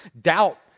Doubt